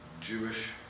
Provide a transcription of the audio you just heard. Jewish